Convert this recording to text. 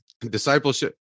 Discipleship